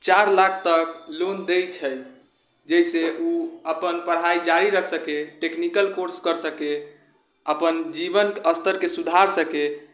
चारि लाख तक लोन दै छै जाहिसँ ओ अपन पढ़ाइ जारी रख सके टेक्निकल कोर्स कर सके अपन जीवन स्तरके सुधार सके